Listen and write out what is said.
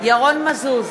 ירון מזוז,